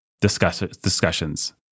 discussions